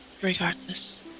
regardless